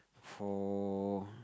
for